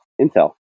Intel